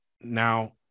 now